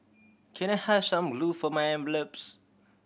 can I have some glue for my envelopes